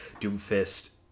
Doomfist